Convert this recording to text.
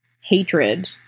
hatred